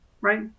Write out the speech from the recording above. right